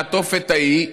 מהתופת ההיא,